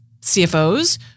CFOs